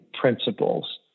principles